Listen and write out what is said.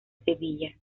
sevilla